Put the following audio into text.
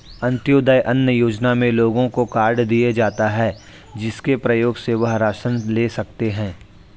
अंत्योदय अन्न योजना में लोगों को कार्ड दिए जाता है, जिसके प्रयोग से वह राशन ले सकते है